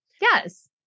Yes